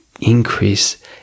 increase